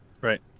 right